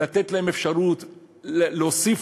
לתת להם אפשרות להוסיף